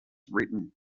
written